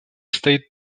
стоит